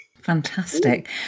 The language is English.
Fantastic